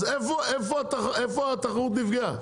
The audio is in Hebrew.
אז איפה התחרות נפגעה.